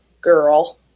girl